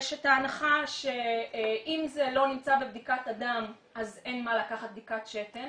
יש את ההנחה שאם זה לא נמצא בבדיקת הדם אז אין מה לקחת בדיקת שתן,